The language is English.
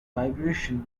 vibration